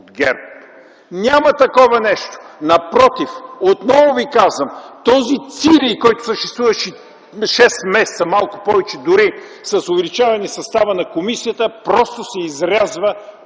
от ГЕРБ. Няма такова нещо. Напротив, отново ви казвам, че този цирей, който съществуваше, след 6 месеца, дори малко повече, с увеличаване състава на комисията, просто се изрязва